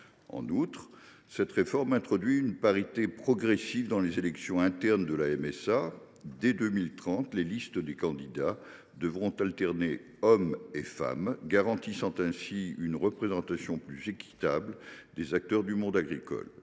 En outre, cette réforme introduit une parité progressive dans les élections internes de la MSA. Dès 2030, les listes de candidats devront alterner hommes et femmes, garantissant ainsi une représentation plus équitable des acteurs du monde agricole.